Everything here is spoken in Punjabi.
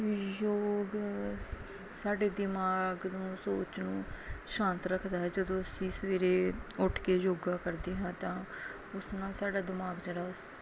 ਯੋਗ ਸਾਡੇ ਦਿਮਾਗ ਨੂੰ ਸੋਚ ਨੂੰ ਸ਼ਾਂਤ ਰੱਖਦਾ ਜਦੋਂ ਅਸੀਂ ਸਵੇਰੇ ਉੱਠ ਕੇ ਯੋਗਾ ਕਰਦੇ ਹਾਂ ਤਾਂ ਉਸ ਨਾਲ ਸਾਡਾ ਦਿਮਾਗ ਜਿਹੜਾ ਸ